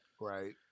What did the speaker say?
Right